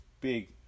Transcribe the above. big